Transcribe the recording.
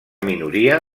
minoria